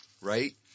right